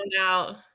out